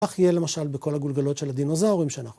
כך יהיה למשל בכל הגולגולות של הדינוזאורים שאנחנו רואים.